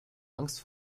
angst